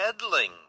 peddling